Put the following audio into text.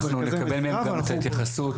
אנחנו נקבל מהם גם את ההתייחסות,